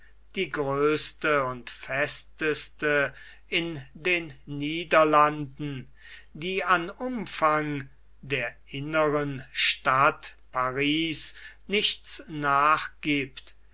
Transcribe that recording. die größte und festeste in den niederlanden die an umfang der inneren stadt paris nichts nachgibt